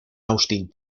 austin